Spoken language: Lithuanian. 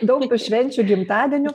daug tų švenčių gimtadienių